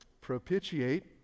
propitiate